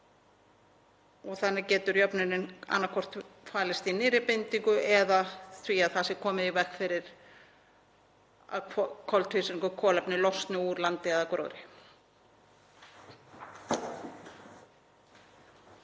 og þannig getur jöfnunin annaðhvort falist í nýrri bindingu eða því að komið sé í veg fyrir að koltvísýringur eða kolefni losni úr landi eða gróðri.